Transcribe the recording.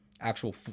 actual